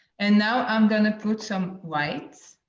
and now i'm gonna put some white.